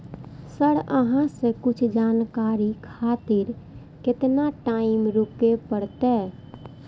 Sir अहाँ से कुछ जानकारी खातिर केतना टाईम रुके परतें?